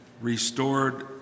restored